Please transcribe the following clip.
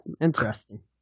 interesting